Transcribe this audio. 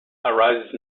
arises